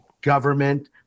government